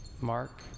Mark